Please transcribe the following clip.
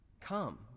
Come